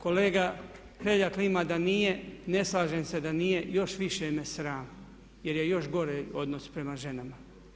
Kolega Hrelja klima da nije, ne slažem se da nije, još više me sram jer je još gore odnos prema ženama.